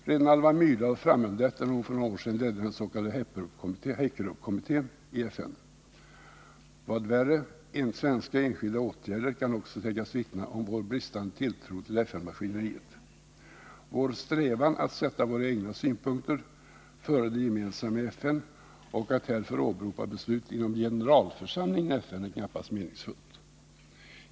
Redan Alva Myrdal framhöll detta när hon för några år sedan ledde den s.k. Hekkerupkommittén. Vad värre är: svenska enskilda åtgärder kan också sägas vittna om vår bristande tilltro till FN-maskineriet. Vår strävan att sätta våra egna synpunkter före de gemensamma i FN och att härför åberopa beslut inom generalförsamlingen i FN är knappast meningsfull.